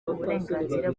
uburenganzira